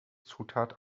zutat